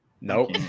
Nope